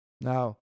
Now